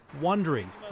wondering